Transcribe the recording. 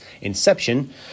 inception